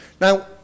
Now